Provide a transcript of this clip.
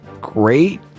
Great